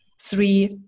Three